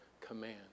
command